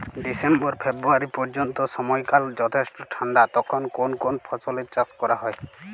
December February পর্যন্ত সময়কাল যথেষ্ট ঠান্ডা তখন কোন কোন ফসলের চাষ করা হয়?